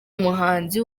umuhanzi